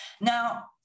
Now